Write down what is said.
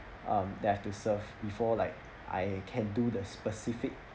um that I've to serve before like I can do the specific